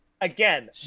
again